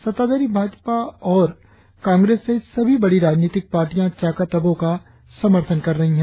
सत्ताधारी भाजपा और कांग्रेस सहित सभी बड़ी राजनैतिक पार्टिया चाकात आबोह का समर्थन कर रही है